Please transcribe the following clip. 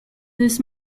this